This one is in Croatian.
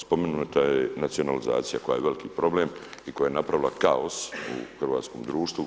Spomenuta je nacionalizacija koja je veliki problem i koja je napravila kaos u hrvatskom društvu.